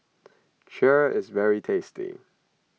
Kheer is very tasty